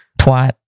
Twat